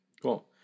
Cool